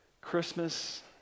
Christmas